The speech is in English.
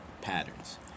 patterns